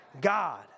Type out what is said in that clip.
God